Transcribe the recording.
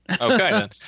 Okay